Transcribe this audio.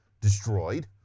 destroyed